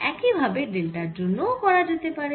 একই ভাবে ডেল্টার জন্য ও করা যেতে পারে